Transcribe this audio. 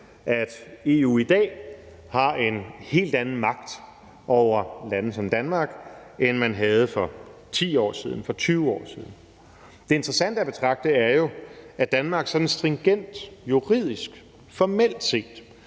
at EU i dag har en helt anden magt over lande som Danmark, end man havde for 10 år siden, for 20 år siden. Det interessante at betragte er jo, at Danmark sådan stringent juridisk formelt set